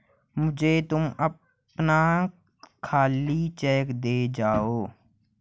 मुझे तुम अपना खाली चेक दे जाओ